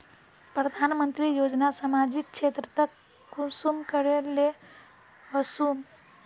प्रधानमंत्री योजना सामाजिक क्षेत्र तक कुंसम करे ले वसुम?